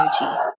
energy